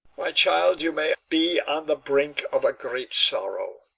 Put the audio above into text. my child, you may be on the brink of a great sorrow.